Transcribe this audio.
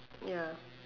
ya